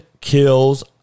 kills